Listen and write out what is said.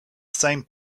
same